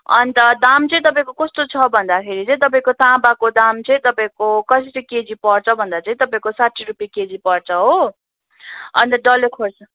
अनि त दाम चाहिँ तपाईँको कस्तो छ भन्दाखेरि चाहिँ तपाईँको ताँबाको दाम चाहिँ तपाईँको कसरी केजी पर्छ भन्दा चाहिँ तपाईँको साठी रुपियाँ केजी पर्छ हो अनि त डल्ले खोर्सानी